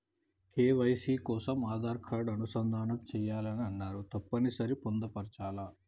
KYC కోసం Aadhaar card అనుసంధానం చేయాలని అన్నరు తప్పని సరి పొందుపరచాలా?